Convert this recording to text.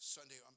Sunday